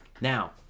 Now